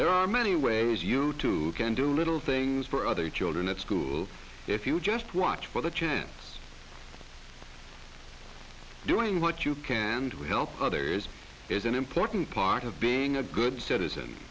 there are many ways you can do little things for other children at school if you just watch for the chance doing what you can to help others is an important part of being a good citizen